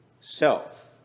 self